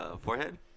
forehead